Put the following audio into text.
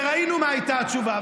וראינו מה הייתה התשובה,